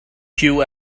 queue